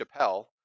Chappelle